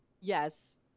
Yes